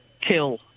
kill